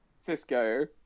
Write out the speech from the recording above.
Cisco